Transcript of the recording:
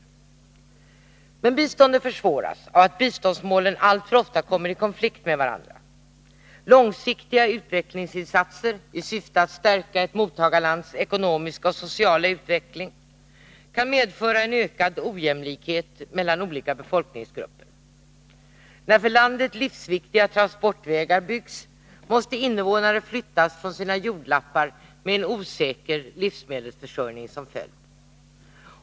É : EA z ax :.. utvecklingssamar Biståndet försvåras av att biståndsmålen alltför ofta kommer i konflikt belesns na med varandra. Långsiktiga utvecklingsinsatser i syfte att stärka ett mottagarlands ekonomiska och sociala utveckling kan medföra en ökad ojämlikhet mellan olika befolkningsgrupper. När för landet livsviktiga transportvägar byggs, måste invånarna flyttas från sina jordlappar, med en osäker livsmedelsförsörjning som följd.